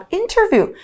interview